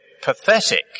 pathetic